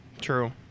True